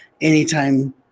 anytime